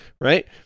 right